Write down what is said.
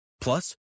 plus